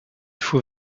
faut